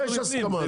אנחנו בפנים.